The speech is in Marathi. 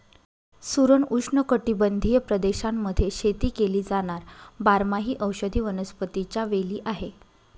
सुरण उष्णकटिबंधीय प्रदेशांमध्ये शेती केली जाणार बारमाही औषधी वनस्पतीच्या वेली आहे